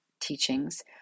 teachings